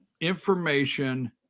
information